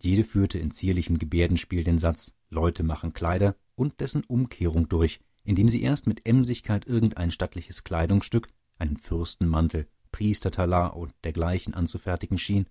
jede führte in zierlichem gebärdenspiel den satz leute machen kleider und dessen umkehrung durch indem sie erst mit emsigkeit irgendein stattliches kleidungsstück einen fürstenmantel priestertalar und dergleichen anzufertigen schien